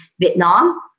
Vietnam